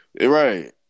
right